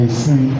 see